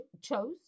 chose